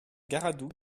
garadoux